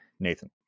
Nathan